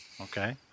Okay